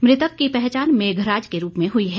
मृतक की पहचान मेघराज के रूप में हुई है